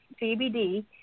CBD